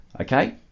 okay